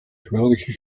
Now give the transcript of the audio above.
geweldige